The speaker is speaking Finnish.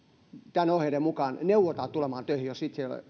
näiden ohjeiden mukaan neuvotaan tulemaan töihin jos itse ei ole